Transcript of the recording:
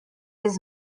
his